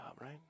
right